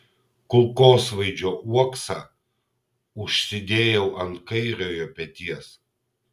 kulkosvaidžio uoksą užsidėjau ant kairiojo peties